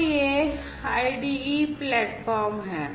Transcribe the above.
तो यह यह आईडीई प्लेटफॉर्म है